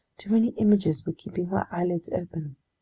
too many images were keeping my eyelids open!